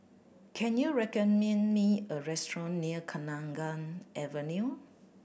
can you recommend me a restaurant near Kenanga Avenue